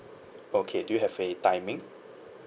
okay do you have a timing